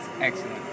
excellent